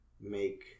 make